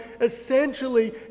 essentially